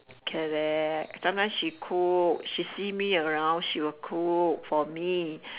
correct sometime she cook she see me around she will cook for me